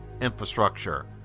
infrastructure